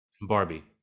Barbie